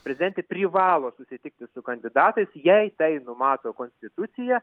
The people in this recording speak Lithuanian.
prezidentė privalo susitikti su kandidatais jei tai numato konstitucija